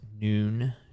noon